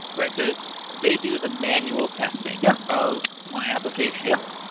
right. so they do the manual testing yeah of my application. yup.